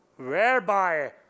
whereby